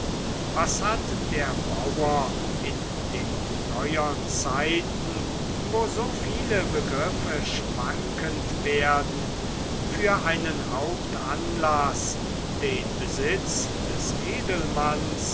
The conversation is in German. was hat der bauer in den neuern zeiten wo so viele begriffe schwankend werden für einen hauptanlaß den besitz des edelmanns